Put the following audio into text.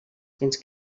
fins